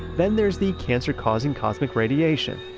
then there's the cancer-causing cosmic radiation